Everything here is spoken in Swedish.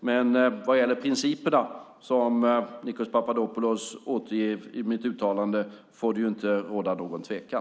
Men vad gäller principerna, som Nikos Papadopoulos återger ur mitt uttalande, får det inte råda någon tvekan.